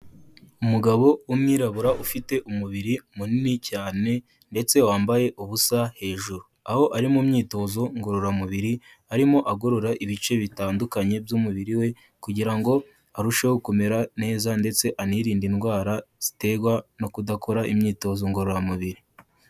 Umugabo w'umwirabura ufite umubiri munini cyane ndetse wambaye ubusa hejuru, aho ari mu myitozo ngororamubiri, arimo agorora ibice bitandukanye by'umubiri we kugira ngo arusheho kumera neza ndetse anirinde indwara ziterwa no kudakora imyitozo ngororamubiri.